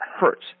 hurts